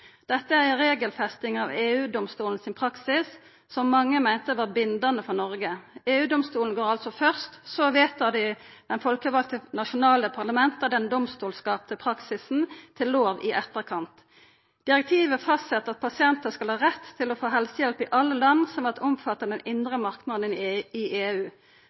Dette er ei regelfesting av EU-domstolen sin praksis som mange meinte var bindande for Noreg. EU-domstolen går altså først, så vedtar det folkevalde nasjonale parlamentet den domstolskapte praksisen til lov i etterkant. Direktivet fastset at pasientar skal ha rett til å få helsehjelp i alle land som er omfatta av den indre marknaden i EU.